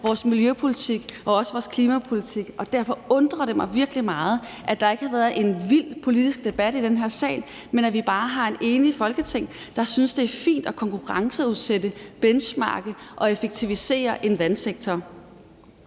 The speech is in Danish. vores miljøpolitik og også vores klimapolitik, og derfor undrer det mig virkelig meget, at der ikke har været en vild politisk debat i den her sal, og at vi bare har et enigt Folketing, der synes, at det er fint at konkurrenceudsætte, benchmarke og effektivisere vandsektoren.